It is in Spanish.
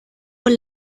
con